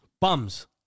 Bums